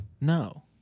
no